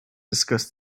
discuss